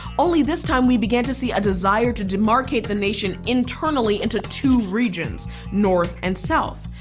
only this time we began to see a desire to demarcate the nation internally into two regions north and south.